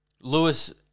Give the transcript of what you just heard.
Lewis